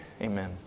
Amen